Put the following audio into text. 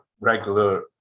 regular